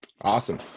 awesome